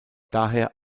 daher